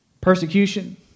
Persecution